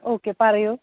okay പറയൂ